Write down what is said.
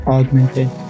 Augmented